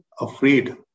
afraid